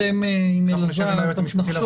אתם ואלעזר תחשבו --- אנחנו נשב עם